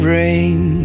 rain